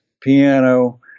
piano